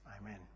Amen